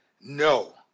No